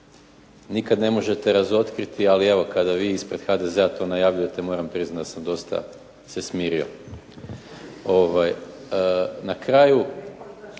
nikad ne možete razotkriti, ali evo kada vi ispred HDZ-a to najavljujete moram priznat da sam dosta se smirio. Na kraju,